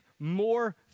more